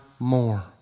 More